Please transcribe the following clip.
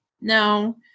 No